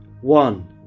One